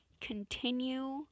continue